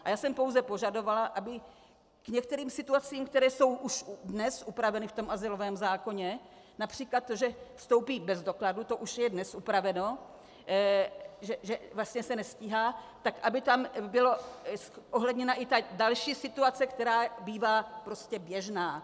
A já jsem pouze požadovala, aby k některým situacím, které jsou už dnes upraveny v azylovém zákoně, například to, že vstoupí bez dokladu, to už je dnes upraveno, že vlastně se nestíhá, tak aby tam byla zohledněna i ta další situace, která bývá prostě běžná.